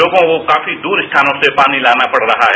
लोगों को काफी दूर स्थानों से पानी लाना पड़ रहा है